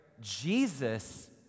Jesus